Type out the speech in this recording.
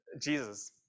Jesus